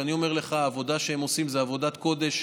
ואני אומר לך, העבודה שהם עושים זו עבודת קודש,